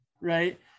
right